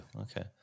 Okay